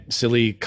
silly